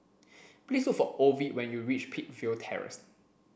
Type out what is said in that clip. please look for Ovid when you reach Peakville Terrace